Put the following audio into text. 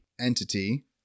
entity